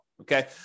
Okay